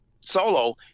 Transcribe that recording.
solo